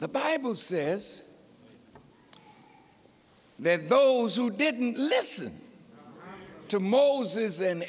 the bible says there are those who didn't listen to moses and